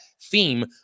theme